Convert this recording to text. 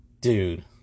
dude